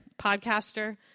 podcaster